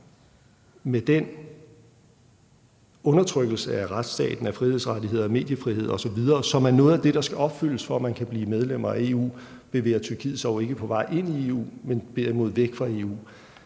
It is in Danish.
Med den undertrykkelse af retsstaten – af frihedsrettigheder, af mediefrihed osv., som er noget af det, der skal opfyldes, for at man kan blive medlem af EU – bevæger Tyrkiet sig jo ikke på vej ind i EU, men derimod væk fra EU.